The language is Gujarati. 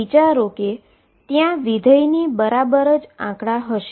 વિચારો કે ત્યાં ફંક્શનની બરાબર જ આંકડા હશે